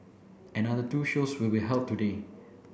another two shows will be held today